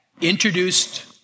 introduced